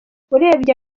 urebye